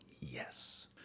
Yes